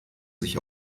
sich